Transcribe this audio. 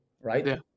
right